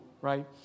right